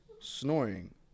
Snoring